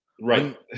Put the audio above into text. Right